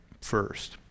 first